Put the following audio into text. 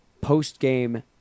post-game